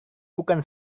bukan